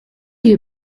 you